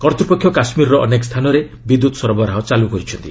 କର୍ତ୍ତ୍ୱପକ୍ଷ କାଶ୍କୀରର ଅନେକ ସ୍ଥାନରେ ବିଦ୍ୟୁତ୍ ସରବରାହ ଚାଲୁ କରିଛନ୍ତି